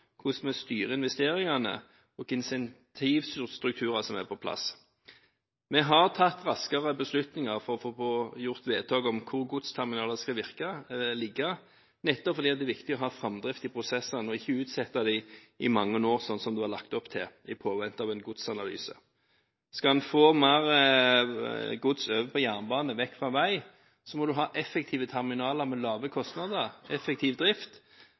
hvordan vi styrer investeringene, og om hvilke incentiver og strukturer som er på plass. Vi har tatt raskere beslutninger for å få gjort vedtak om hvor godsterminaler skal ligge, nettopp fordi det er viktig å ha framdrift i prosessene og ikke utsette dem i mange år, sånn som det var lagt opp til, i påvente av en godsanalyse. Skal en få mer gods over på jernbane og vekk fra vei, må en ha effektive terminaler med lave kostnader, effektiv drift